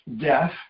death